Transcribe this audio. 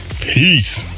Peace